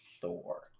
Thor